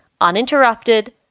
uninterrupted